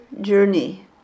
journey